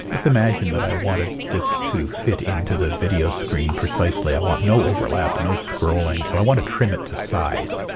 let's imagine that i wanted this to fit into the video screen precisely. i want no overlap, no scrolling, so i want to trim it to size.